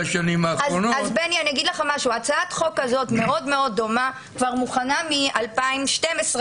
השנים האחרונות- - הצעת חוק כזאת מאוד דומה מוכנה מ-2012.